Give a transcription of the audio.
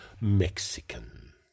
Mexican